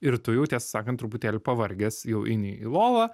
ir tu jau tiesą sakant truputėlį pavargęs jau eini į lovą